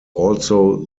also